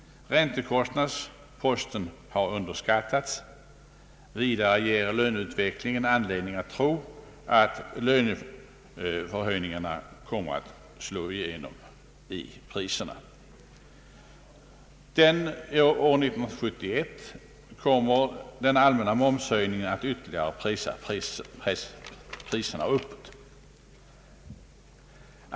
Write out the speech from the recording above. Räntekostnadsposten har underskattats. Vidare ger löneutvecklingen anledning att tro att löneförhöjningarna kommer att slå igenom i priserna. År 1971 kommer den allmänna momshöjningen att ytterligare pressa priserna uppåt.